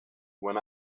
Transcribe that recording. when